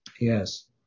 Yes